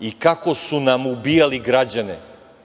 i kako su nam ubijali građane.